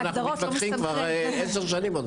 נכון, על זה אנחנו מתווכחים כבר כ-10 שנים.